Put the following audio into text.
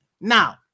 Now